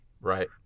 Right